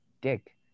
dick